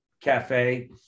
cafe